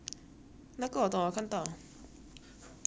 我现在很懒